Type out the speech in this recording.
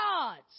gods